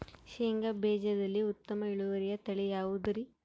ಶೇಂಗಾ ಬೇಜದಲ್ಲಿ ಉತ್ತಮ ಇಳುವರಿಯ ತಳಿ ಯಾವುದುರಿ?